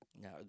Now